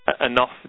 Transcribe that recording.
enough